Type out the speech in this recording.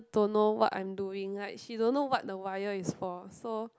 don't know what I'm doing like she don't know what the wire is for so